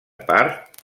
part